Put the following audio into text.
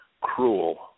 cruel